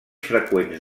freqüents